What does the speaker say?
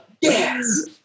Yes